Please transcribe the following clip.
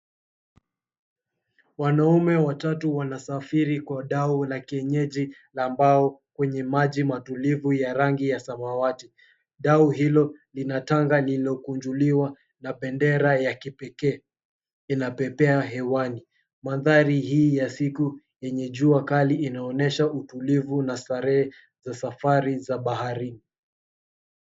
Wanaume watatu wanasafiri kwa dau la kienyeji la mbao kwenye maji matulivu ya rangi ya samawati. Dau hilo lina tanga lililokunjuliwa na bendera ya kipekee inapepea hewani. Mandhari hii ya siku yenye jua kali inaonyesha utulivu na starehe za safari za baharini.